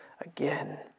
again